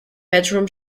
bedroom